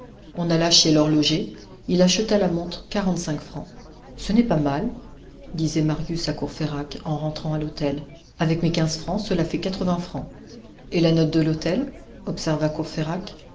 on alla chez l'horloger il acheta la montre quarante-cinq francs ce n'est pas mal disait marius à courfeyrac en rentrant à l'hôtel avec mes quinze francs cela fait quatre-vingts francs et la note de l'hôtel observa